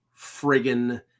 friggin